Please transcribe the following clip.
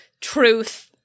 truth